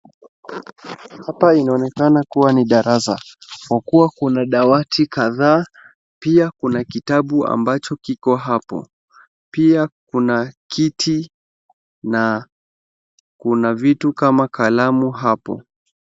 Hapa inaonekana kuwa ni darasa. Kwa kuwa kuna dawati kadhaa pia kuna kitabu ambacho kiko hapo. Pia kuna kiti na vitu kama kalamu hapo.